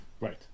right